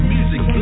Music